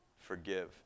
Forgive